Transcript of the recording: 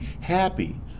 happy